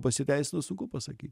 pasiteisino sunku pasakyt